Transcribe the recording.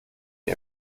die